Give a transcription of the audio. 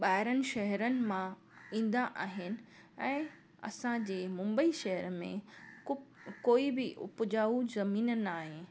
ॿाहिरिनि शहरनि मां ईंदा आहिनि ऐं असांजे मुंबई शहर में कुप कोई बि उपजाउ ज़मीन न आहे